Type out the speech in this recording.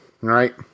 right